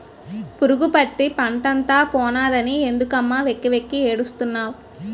పురుగుపట్టి పంటంతా పోనాదని ఎందుకమ్మ వెక్కి వెక్కి ఏడుస్తున్నావ్